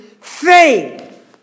faith